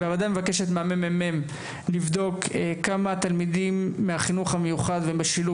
הוועדה מבקשת מהממ"מ לבדוק כמה תלמידים מהחינוך המיוחד ובשילוב,